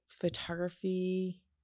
photography